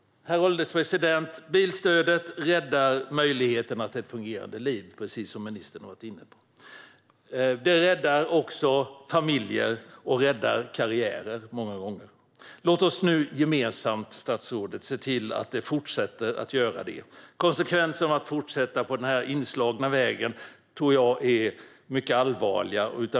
Herr ålderspresident! Bilstödet räddar möjligheterna till ett fungerande liv, precis som ministern har varit inne på. Det räddar också familjer och många gånger karriärer. Låt oss nu gemensamt, statsrådet, se till att det fortsätter att göra det. Konsekvenserna av att fortsätta på den inslagna vägen tror jag är mycket allvarliga.